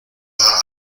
war